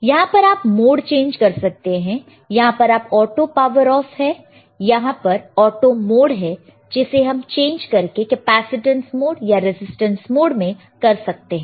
यहां पर आप मोड चेंज कर सकते हैं यहां पर ऑटो पावर ऑफ है यहां पर ऑटो मोड है जिसे हम चेंज करके कैपेसिटेंस मोड या रेजिस्टेंस मोड में कर सकते हैं